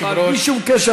אבל בלי שום קשר,